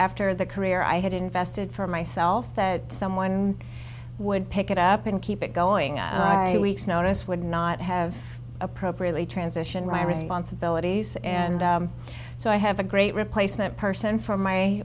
after the career i had invested for myself that someone would pick it up and keep it going i know this would not have appropriately transition responsibilities and so i have a great replacement person from my